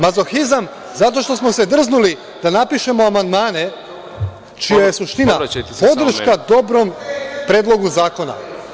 Mazohizam, zato što smo se drznuli da napišemo amandmane čija je suština podrška dobrom predlogu zakona.